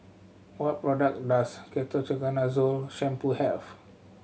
what product does Ketoconazole Shampoo have